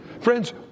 Friends